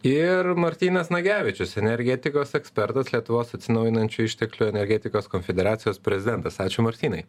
ir martynas nagevičius energetikos ekspertas lietuvos atsinaujinančių išteklių energetikos konfederacijos prezidentas ačiū martynai